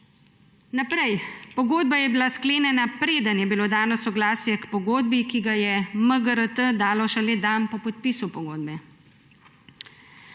Naprej. Pogodba je bila sklenjena, preden je bilo dano soglasje k pogodbi, ki ga je MGRT dalo šele dan po podpisu pogodbe.